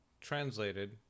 translated